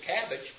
cabbage